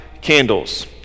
candles